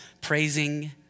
praising